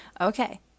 Okay